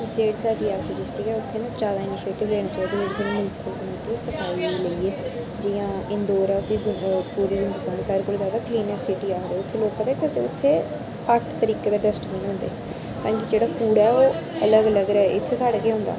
जेह्ड़ी साढ़ी रियासी डिस्टिक ऐ उत्थै न ज्यादा इनीशियेटिव लैने चाहिदे जेह्ड़ी मुनसिप्ल्टी कमेटी सफाई लेइयै जियां इंदौर ऐ उसी पूरे हिंदोस्तान च सारे कोला ज्यादा कलीनैस्ट सिटी आखदे उत्थै लोक पता केह् करदे उत्थैं अट्ठ तरीके दे डस्टबीन होंदे ता कि जेह्ड़ा कूड़ा ऐ ओह् अलग अलग रे इत्थैं साढ़े केह् होंदा